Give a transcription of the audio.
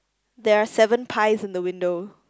there are seven pies in the window